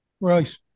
right